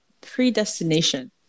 predestination